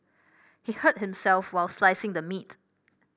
he hurt himself while slicing the meat